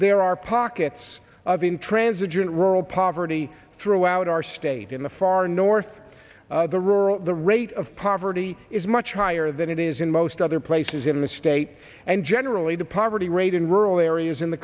there are pockets of intransigent rural poverty throughout our state in the far north the rural the rate of poverty is much higher than it is in most other places in the state and generally the poverty rate in rural areas in the